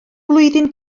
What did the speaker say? blwyddyn